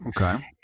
Okay